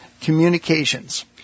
communications